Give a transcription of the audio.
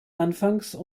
anfangs